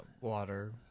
Water